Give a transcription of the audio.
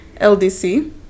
LDC